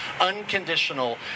unconditional